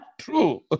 True